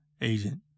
agent